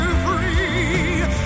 free